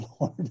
Lord